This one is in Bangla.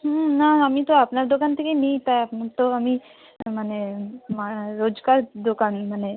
হুম না আমি তো আপনার দোকান থেকে নিই তা আপনার তো আমি মানে মা রোজকার দোকান মানে